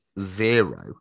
zero